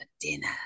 dinner